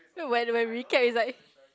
then when when we recap is like